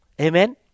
Amen